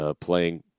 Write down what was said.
playing